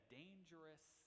dangerous